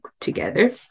together